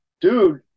Dude